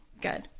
Good